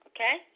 Okay